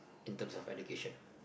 in terms of education